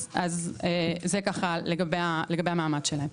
אז זה ככה לגבי המעמד שלהם.